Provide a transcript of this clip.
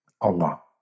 Allah